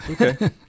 Okay